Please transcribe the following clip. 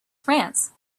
france